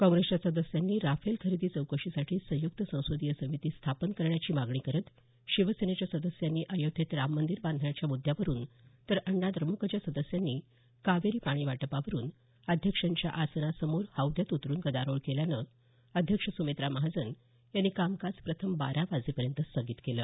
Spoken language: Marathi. काँग्रेसच्या सदस्यांनी राफेल खरेदी चौकशीसाठी संयुक्त संसदीय समिती स्थापन करण्याची मागणी करत शिवसेनेच्या सदस्यांनी अयोध्येत राम मंदीर बांधण्याच्या मुद्यावरून तर अण्णाद्रमुकच्या सदस्यांनी कावेरी पाणी वाटपावरुन अध्यक्षांच्या आसनासमोर हौद्यात उतरुन गदारोळ केल्यानं अध्यक्ष सुमित्रा महाजन यांनी कामकाज प्रथम बारा वाजेपर्यंत स्थगित केलं